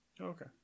okay